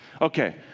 Okay